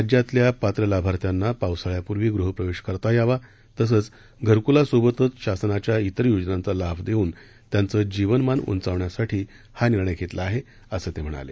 राज्यातल्या पात्र लाभार्थ्यांना पावसाळ्यापूर्वी गृहप्रवेश करता यावा तसंच धरक्लासोबतच शासनाच्या इतर योजनांचा लाभ देऊन त्यांचं जीवनमान उंचावण्यासाठी हा निर्णय घेतला आहे असं ते म्हणाले